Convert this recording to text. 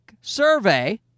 survey